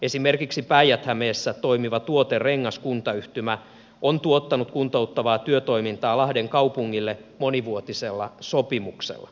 esimerkiksi päijät hämeessä toimiva tuoterengas kuntayhtymä on tuottanut kuntouttavaa työtoimintaa lahden kaupungille monivuotisella sopimuksella